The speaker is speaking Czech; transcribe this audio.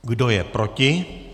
Kdo je proti?